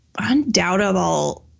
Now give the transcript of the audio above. undoubtable